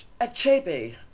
Achebe